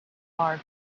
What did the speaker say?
far